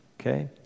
okay